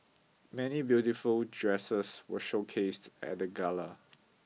many beautiful dresses were showcased at the gala